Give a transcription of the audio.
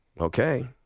Okay